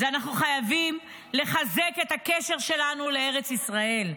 הוא שאנחנו חייבים לחזק את הקשר שלנו לארץ ישראל,